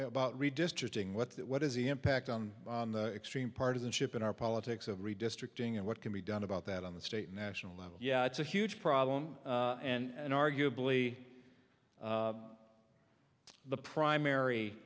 about redistricting what that what is the impact on the extreme partisanship in our politics of redistricting and what can be done about that on the state national level yeah it's a huge problem and arguably the primary